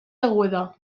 aguda